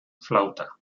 flauta